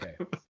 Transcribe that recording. Okay